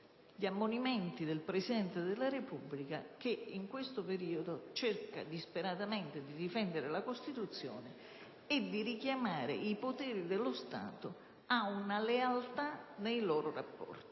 gli ammonimenti del Presidente della Repubblica, che in questo periodo cerca disperatamente di difendere la Costituzione e di richiamare i poteri dello Stato ad una lealtà nei loro rapporti.